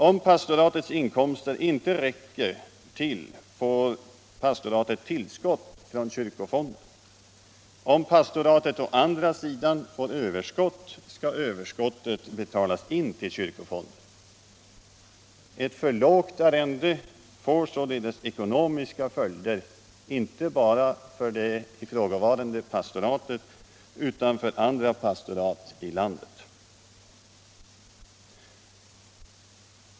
Om pastoratets inkomster inte räcker till får pastoratet tillskott från kyrkofonden. Om pastoratet å andra sidan får överskott skall överskottet betalas in till kyrkofonden. Ett för lågt arrende får således ekonomiska följder inte bara för det ifrågavarande pastoratet utan för alla pastorat i landet.